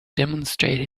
demonstrate